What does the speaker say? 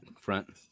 front